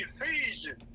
Ephesians